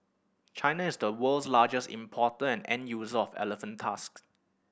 China is the world's largest importer and end user of elephant tusks